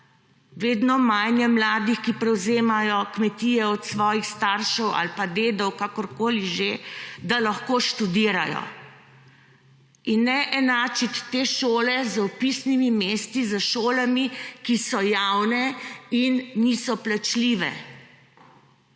vedno manj je mladih, ki prevzemajo kmetije od svojih staršev ali pa dedov, kakorkoli že, da lahko študirajo. Ne enačiti te šole z vpisnimi mesti s šolami, ki so javne in niso plačljive.